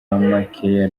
obamacare